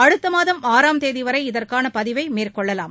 அடுத்த மாதம் ஆறாம் தேதி வரை இதற்கான பதிவை மேற்கொள்ளலாம்